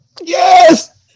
Yes